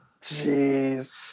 Jeez